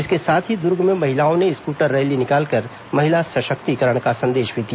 इसके साथ ही दुर्ग में महिलाओं ने स्कूटर रैली निकालकर महिला सशक्तिकरण का संदेश भी दिया